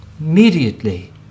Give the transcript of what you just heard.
Immediately